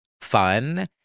fun